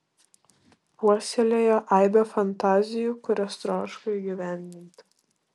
puoselėjo aibę fantazijų kurias troško įgyvendinti